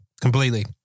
completely